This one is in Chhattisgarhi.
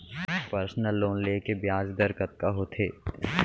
पर्सनल लोन ले के ब्याज दर कतका होथे?